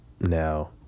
now